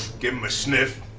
give him a sniff,